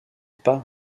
pas